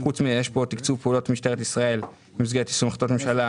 חוץ מזה יש פה תקצוב פעולות משטרת ישראל במסגרת יישום החלטות ממשלה